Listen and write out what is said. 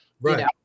right